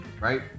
right